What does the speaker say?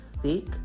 sick